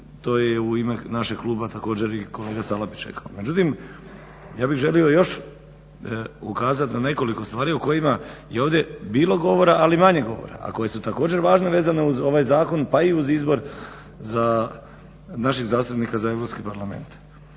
to je u ime našeg kluba također i kolega Salapić rekao. Međutim, ja bih želio još ukazat na nekoliko stvari o kojima je ovdje bilo govora, ali manje govora a koje su također važne vezano uz ovaj zakon pa i uz izbor za našeg zastupnika za Europski parlament.